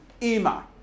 Ima